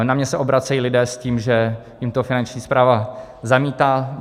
Na mě se obracejí lidé s tím, že jim to Finanční správa zamítá.